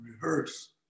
rehearse